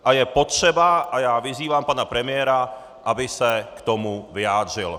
A je potřeba, a já vyzývám pana premiéra, aby se k tomu vyjádřil.